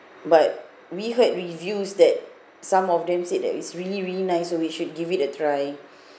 but we heard reviews that some of them said that it's really really nice so we should give it a try